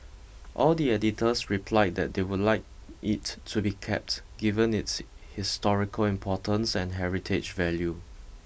all the editors replied that they would like it to be kept given its historical importance and heritage value